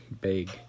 big